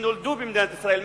שנולדו במדינת ישראל.